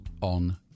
on